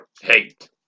Hate